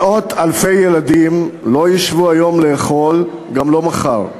מאות אלפי ילדים לא ישבו היום לאכול, גם לא מחר.